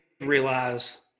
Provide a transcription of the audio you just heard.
realize